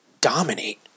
dominate